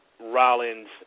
Rollins